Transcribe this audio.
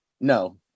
no